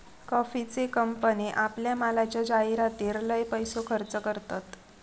कॉफीचे कंपने आपल्या मालाच्या जाहीरातीर लय पैसो खर्च करतत